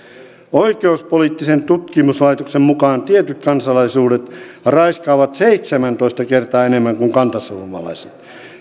oikeuspoliittisen tutkimuslaitoksen mukaan tietyt kansalaisuudet raiskaavat seitsemäntoista kertaa enemmän kuin kantasuomalaiset